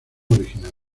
original